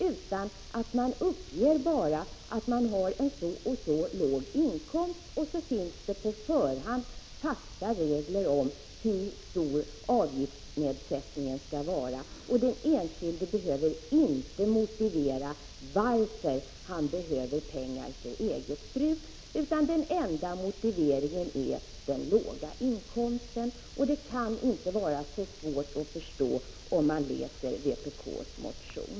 Den enskilde skall bara behöva ange hur låg inkomst han har, och det skall på förhand finnas fasta regler om hur stor avgiftsnedsättningen skall vara. Den enskilde behöver då inte motivera varför han behöver pengar för eget bruk. Den enda motiveringen skall vara den låga inkomsten. Det kan inte vara så svårt att förstå detta, om man läser vpk:s motion.